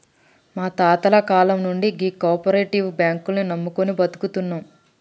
మా తాతల కాలం నుండి గీ కోపరేటివ్ బాంకుల్ని నమ్ముకొని బతుకుతున్నం